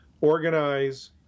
organize